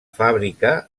fàbrica